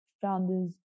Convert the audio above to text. founders